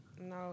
No